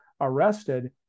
arrested